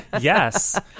Yes